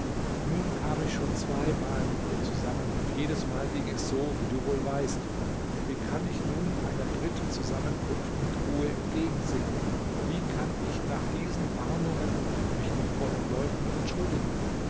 nun kam ich schon zweimal mit ihr zusammen und jedesmal ging es so wie du wohl weißt wie kann ich nun einer dritten zusammenkunft mit ruhe entgegensehen wie kann ich nach diesen warnungen mich noch vor den leuten entschuldigen